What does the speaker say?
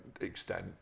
extent